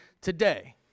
today